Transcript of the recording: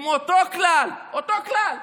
אם אותו כלל, אותו כלל,